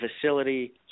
facility